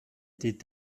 était